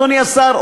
אדוני השר,